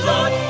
Lord